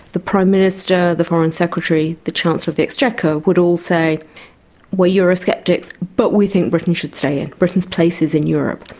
the prime minister, the foreign secretary, the chancellor of the exchequer would all say we are eurosceptic but we think britain should stay in, britain's place is in europe'.